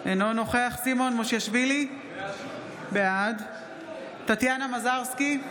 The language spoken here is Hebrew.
אינו נוכח סימון מושיאשוילי, בעד טטיאנה מזרסקי,